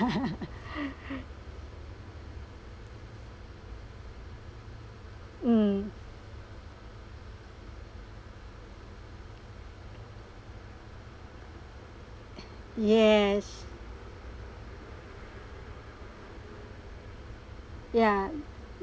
mm yes ya